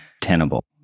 tenable